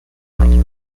brothers